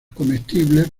comestibles